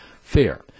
fair